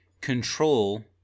control